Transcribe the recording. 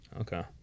Okay